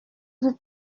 vous